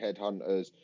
headhunters